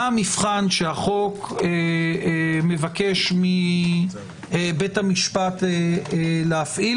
המבחן שהחוק מבקש מבית המשפט להפעיל,